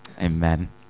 Amen